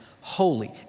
holy